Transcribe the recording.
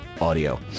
audio